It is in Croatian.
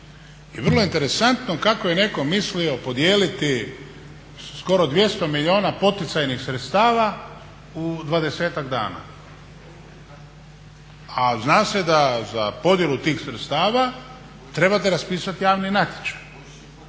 I vrlo je interesantno kako je netko mislio podijeliti skoro 200 milijuna poticajnih sredstava u 20-ak dana, a zna se da za podjelu tih sredstava trebate raspisati javni natječaj.